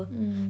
mm